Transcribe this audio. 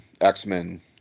X-Men